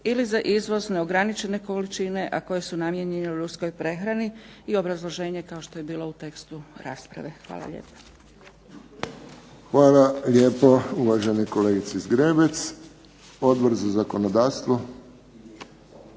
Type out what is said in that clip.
ili za izvoz neograničene količine a koje su namijenjene ljudskoj prehrani“ i obrazloženje kao što je bilo u tekstu rasprave. Hvala lijepa. **Friščić, Josip (HSS)** Hvala lijepo uvaženoj kolegici Zgrebec. Odbor za zakonodavstvo?